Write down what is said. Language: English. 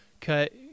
cut –